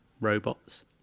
robots